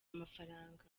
amafaranga